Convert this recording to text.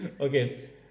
Okay